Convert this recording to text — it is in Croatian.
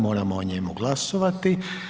Moramo o njemu glasovati.